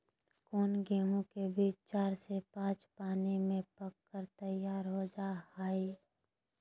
कौन गेंहू के बीज चार से पाँच पानी में पक कर तैयार हो जा हाय?